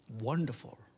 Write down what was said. Wonderful